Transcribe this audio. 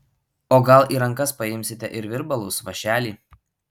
o gal į rankas paimsite ir virbalus vąšelį